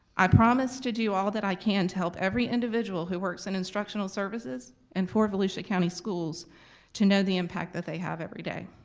i promise to do all that i can to help every individual who works in instructional services and for volusia county schools to know the impact that they have every day.